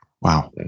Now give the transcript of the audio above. Wow